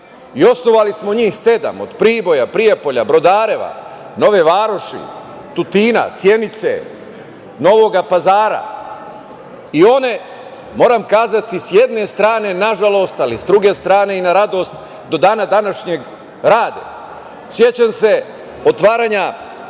Osnovali smo njih sedam od Priboja, Prijepolja, Brodareva, Nove Varoši, Tutina, Sjenice, Novog Pazara. One, moram reći, s jedne strane, nažalost, ali s druge strane i na radost, do dana današnjeg rade.Sećam se otvaranja te